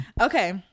Okay